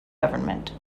government